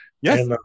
Yes